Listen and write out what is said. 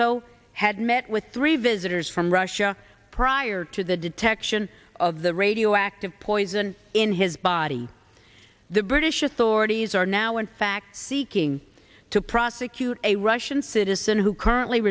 ko had met with three visitors from russia prior to the detection of the radioactive poison in his body the british authorities are now in fact seeking to profit to a russian citizen who currently